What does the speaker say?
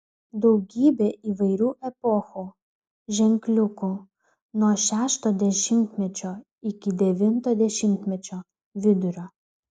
daugybė įvairių epochų ženkliukų nuo šešto dešimtmečio iki devinto dešimtmečio vidurio